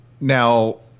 Now